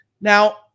Now